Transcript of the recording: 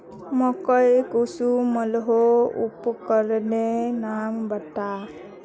मकई कुंसम मलोहो उपकरनेर नाम बता?